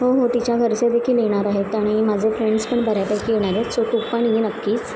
हो हो तिच्या घरचेदेखील येणार आहेत आणि माझे फ्रेंड्स पण बऱ्यापैकी येणार आहेत सो तू पण ये नक्कीच